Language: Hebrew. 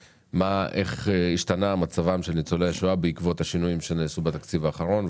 איך השתנה מצבם של ניצולי השואה בעקבות הצעדים שנעשו בתקציב האחרון?